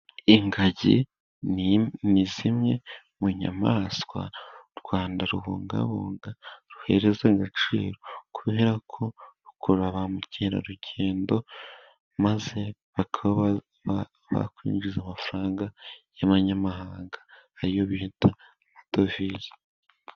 Ingagi ni zimwe mu nyamaswa u Rwanda rubungabunga ruhereza agaciro, kubera ko rukurura ba mukerarugendo maze bakaba bakwinjiza amafaranga y'abanyamahanga ariyo bita amadovize.